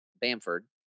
Bamford